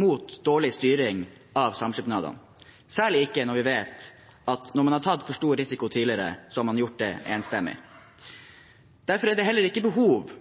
mot dårlig styring av samskipnadene – særlig ikke når vi vet at når man tidligere har tatt for stor risiko, har man gjort det enstemmig. Derfor er det heller ikke behov